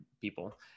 people